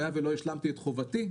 היה ולא השלמתי את חובתי,